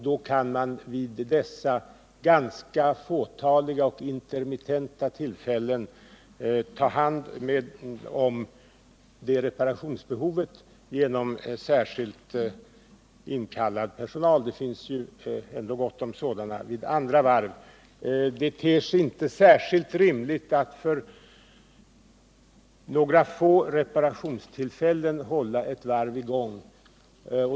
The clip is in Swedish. Då kan man vid dessa ganska fåtaliga och intermittenta tillfällen fylla reparationsbehovet genom särskilt inkallad personal. Det finns ju ändå gott om sådan vid andra varv. Det ter sig inte särskilt rimligt att för några få reparationstillfällen hålla ett varv i gång.